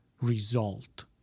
result